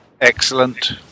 Excellent